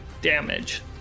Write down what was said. damage